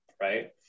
Right